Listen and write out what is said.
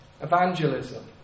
Evangelism